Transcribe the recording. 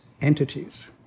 entities